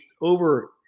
over